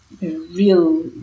real